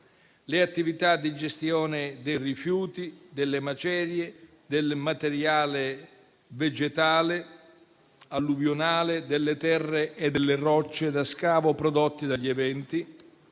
le attività di gestione dei rifiuti, delle macerie, del materiale vegetale alluvionale, delle terre e delle rocce da scavo prodotti dagli eventi,